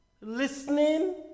listening